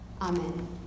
Amen